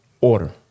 order